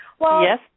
Yes